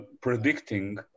predicting